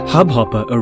Hubhopper